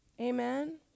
Amen